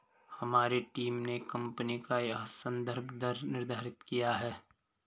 हमारी टीम ने कंपनी का यह संदर्भ दर निर्धारित किया है